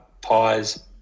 Pies